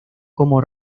como